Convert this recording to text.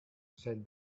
said